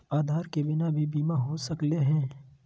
आधार के बिना भी बीमा हो सकले है?